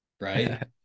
right